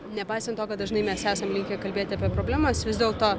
nepaisant to kad dažnai mes esam linkę kalbėti apie problemas vis dėlto